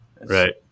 Right